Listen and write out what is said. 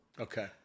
Okay